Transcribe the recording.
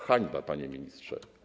Hańba, panie ministrze.